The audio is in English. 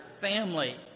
family